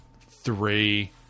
three